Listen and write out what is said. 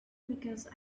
because